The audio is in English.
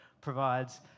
provides